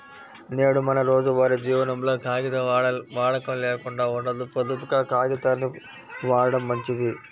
నేడు మన రోజువారీ జీవనంలో కాగితం వాడకం లేకుండా ఉండదు, పొదుపుగా కాగితాల్ని వాడటం మంచిది